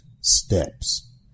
steps